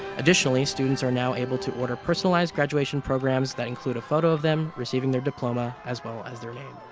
additionally, students are now able to order personalized graduation programs that include a photo of them receiving their diploma as well as their name.